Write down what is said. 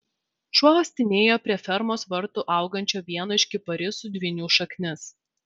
šuo uostinėjo prie fermos vartų augančio vieno iš kiparisų dvynių šaknis